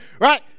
Right